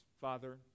Father